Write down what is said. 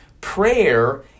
Prayer